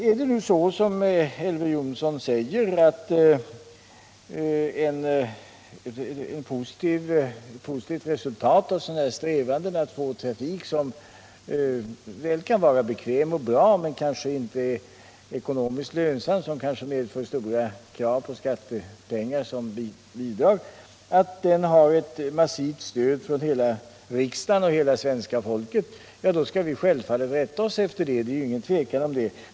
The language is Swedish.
Är det nu som Elver Jonsson säger att det kan bli ett positivt resultat av strävandena att få en trafik som väl kan vara bekväm och bra men som kanske inte är ekonomiskt lönsam och kanske leder till för stora krav på skattepengar och bidrag, och detta har ett massivt stöd från hela riksdagen och hela svenska folket, skall vi självfallet rätta oss efter det, det är ingen tvekan om det.